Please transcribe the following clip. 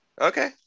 Okay